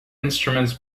instruments